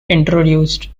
introduced